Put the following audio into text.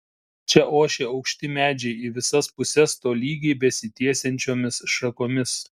čia ošė aukšti medžiai į visas puses tolygiai besitiesiančiomis šakomis